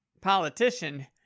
politician